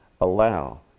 allow